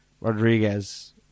Rodriguez